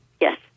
Yes